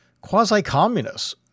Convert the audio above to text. quasi-communists